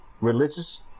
religious